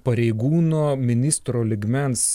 pareigūno ministro lygmens